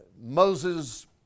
Moses